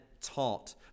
taught